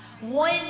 One